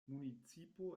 municipo